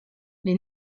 les